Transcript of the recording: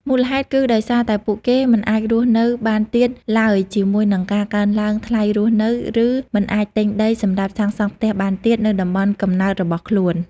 មូលហេតុគឺដោយសារតែពួកគេ មិនអាចរស់នៅបានទៀតឡើយជាមួយនឹងការកើនឡើងថ្លៃរស់នៅ ឬ មិនអាចទិញដីសម្រាប់សាងសង់ផ្ទះបានទៀត នៅតំបន់កំណើតរបស់ខ្លួន។